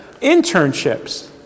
internships